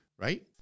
right